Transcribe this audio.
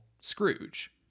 Scrooge